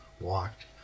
walked